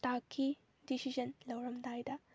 ꯇꯥꯈꯤ ꯗꯤꯁꯤꯖꯟ ꯂꯧꯔꯝꯗꯥꯏꯗ